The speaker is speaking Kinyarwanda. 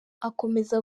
akomeza